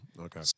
okay